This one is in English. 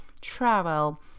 travel